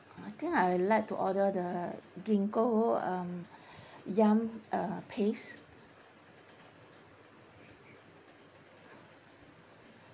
I think I'd like to order the gingko um yam uh paste